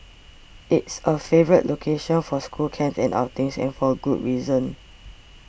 it's a favourite location for school camps and outings and for good reason